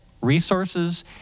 Resources